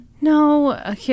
No